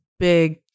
Big